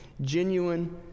genuine